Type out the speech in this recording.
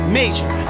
major